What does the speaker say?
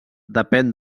depèn